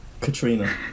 katrina